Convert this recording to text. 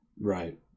Right